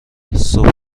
صبح